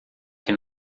que